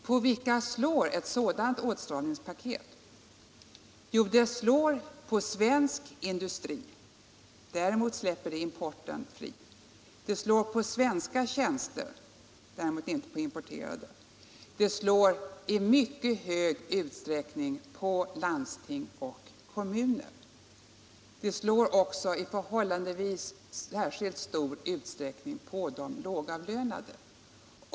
På vilka slår ett sådant åtstramningspaket? Det slår på svensk industri, däremot inte på importen. Det slår på svenska tjänster, däremot inte på de importerade. Det slår i mycket hög utsträckning på landsting och kommuner. Det slår också i särskilt stor utsträckning på de lågavlönade.